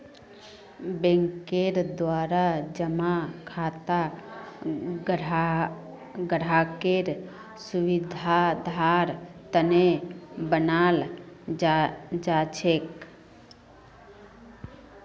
बैंकेर द्वारा जमा खाता ग्राहकेर सुविधार तने बनाल जाछेक